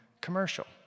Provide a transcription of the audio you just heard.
commercial